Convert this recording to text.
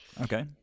Okay